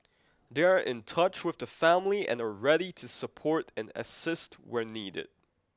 they are in touch with the family and are ready to support and assist where needed